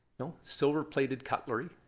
silver-plated cutlery,